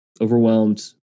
overwhelmed